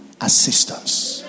assistance